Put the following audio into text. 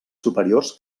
superiors